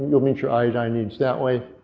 you'll meet your iodine needs that way.